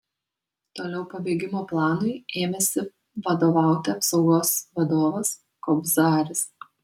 toliau pabėgimo planui ėmėsi vadovauti apsaugos vadovas kobzaris